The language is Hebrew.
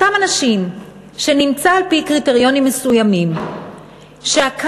אותם אנשים שנמצא על-פי קריטריונים מסוימים שהקנאביס